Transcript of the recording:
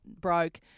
broke